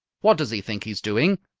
what does he think he's doing?